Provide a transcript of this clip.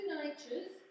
natures